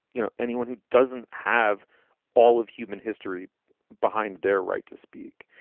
you know, anyone who doesn't have all of human history behind their right to speak.